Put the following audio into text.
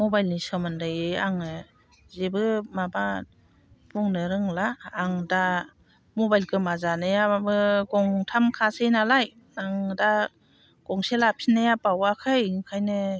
मबाइलनि सोमोन्दै आङो जेबो माबा बुंनो रोंला आं दा मबाइल गोमाजानायाबो गंथाम खासैनालाय आं दा गंसे लाफिननाया बावाखै ओंखायनो